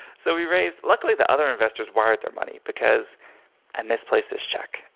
so we raised luckily, the other investors wired their money because i misplaced this check.